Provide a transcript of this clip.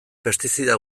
pestizida